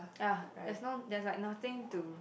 yea that's no that like nothing to